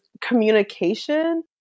communication